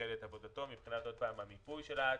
שהחל את עבודתו מבחינת המיפוי של הצרכים.